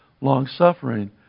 long-suffering